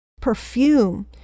perfume